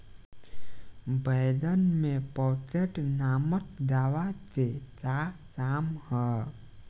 बैंगन में पॉकेट नामक दवा के का काम ह?